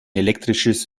elektrisches